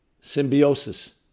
Symbiosis